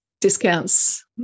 discounts